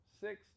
six